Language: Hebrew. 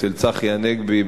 אצל צחי הנגבי,